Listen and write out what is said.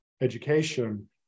education